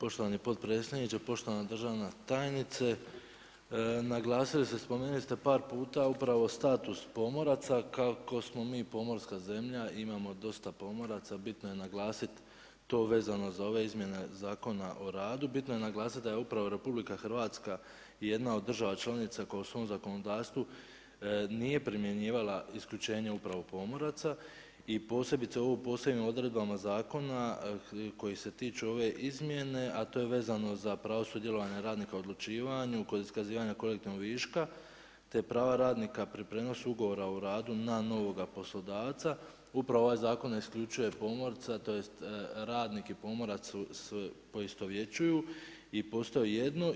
Poštovani potpredsjedniče, poštivana državna tajnice naglasili ste, spomenuli ste par puta upravo status pomoraca kako smo mi pomorska zemlja, imamo dosta pomoraca, bitno je naglasiti to vezano za ove izmjene Zakona o radu, bitno je naglasiti da je upravo RH jedna od država članica koja u svom zakonodavstvu nije primjenjivala isključenje upravo pomoraca i posebice ovo posebnim odredbama zakona koji se tiču ove izmjene a to je vezano za pravo sudjelovanja radnika o odlučivanju koji iskazivanjem kolektivnog viška te prava radnika pri prijenosu ugovora o radu na novoga poslodavca, upravo ovaj zakon isključuje pomorca tj. radnik i pomorac se poistovjećuju i postaju jedno.